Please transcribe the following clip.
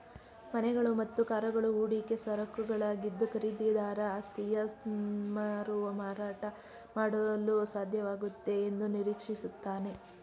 ಮನೆಗಳು ಮತ್ತು ಕಾರುಗಳು ಹೂಡಿಕೆ ಸರಕುಗಳಾಗಿದ್ದು ಖರೀದಿದಾರ ಆಸ್ತಿಯನ್ನಮರುಮಾರಾಟ ಮಾಡಲುಸಾಧ್ಯವಾಗುತ್ತೆ ಎಂದುನಿರೀಕ್ಷಿಸುತ್ತಾನೆ